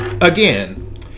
Again